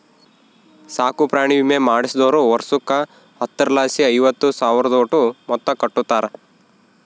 ಸಾಕುಪ್ರಾಣಿ ವಿಮೆ ಮಾಡಿಸ್ದೋರು ವರ್ಷುಕ್ಕ ಹತ್ತರಲಾಸಿ ಐವತ್ತು ಸಾವ್ರುದೋಟು ಮೊತ್ತ ಕಟ್ಟುತಾರ